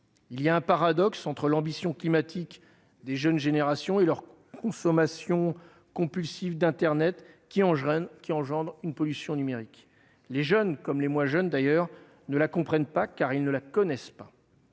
Il y a un paradoxe entre l'ambition climatique des jeunes générations et leur consommation compulsive d'internet, qui engendre une grave pollution numérique. Les jeunes, comme les moins jeunes d'ailleurs, ne la comprennent pas, car ils ne la connaissent pas.